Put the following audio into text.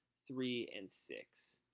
three, and six.